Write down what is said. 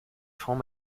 francs